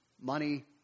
Money